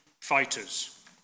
fighters